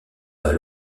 pas